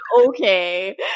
okay